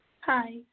Hi